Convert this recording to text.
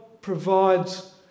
provides